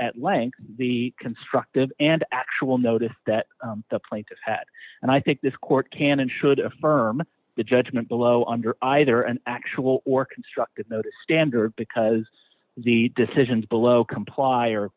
at length the constructive and actual notice that the plaintiff had and i think this court can and should affirm the judgment below under either an actual or constructive notice standard because the decisions below comply or